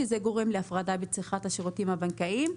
שזה גורם להפרדה בצריכת השירותים הבנקאיים.